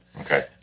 Okay